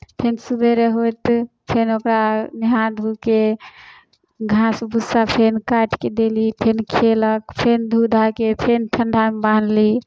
फेर सवेरे होइत फेन ओकरा नहा धो कऽ घास भुस्सा फेर काटि कऽ देली फेर खयलक फेर धोऽ धा कऽ फेर ठण्ढामे बन्हली